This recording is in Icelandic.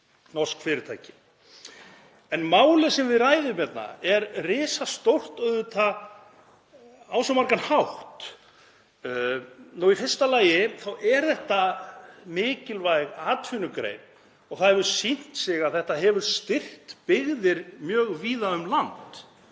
norsk fyrirtæki. Málið sem við ræðum hérna er risastórt á svo margan hátt. Í fyrsta lagi er þetta mikilvæg atvinnugrein og það hefur sýnt sig að hún hefur styrkt byggðir mjög víða um land.